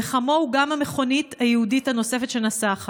וכמוהו גם המכונית היהודית הנוספת שנסעה אחריו.